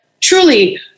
truly